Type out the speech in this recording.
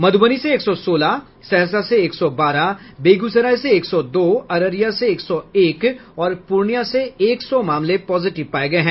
मध्रबनी से एक सौ सोलह सहरसा से एक सौ बारह बेगूसराय से एक सौ दो अररिया से एक सौ एक और पूर्णिया से एक सौ मामले पॉजिटिव पाये गये हैं